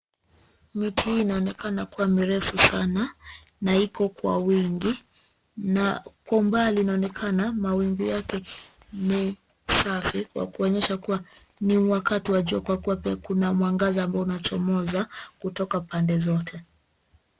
Miti inaonekana kuwa mirefu sana na iko kwa wingi. Na kwa umbali inaonnekana mawingu yake ni safi kwa kuonyesha kuwa ni wakati wa jua kwa kuwa pia kuna mwangaza ambao unachomoza kutoka pande zote.